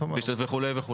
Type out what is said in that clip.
וכולי.